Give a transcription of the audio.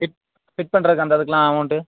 fit fit பண்ணுறதுக்கு அந்த இதுக்கெல்லாம் அமௌண்ட்டு